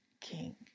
king